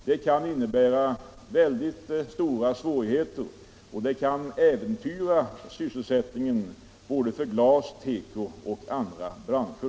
Det kan innebära väldigt stora svårigheter, och det kan äventyra sysselsättningen såväl för glas och tekoindustrin som för andra branscher.